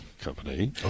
company